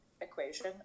equation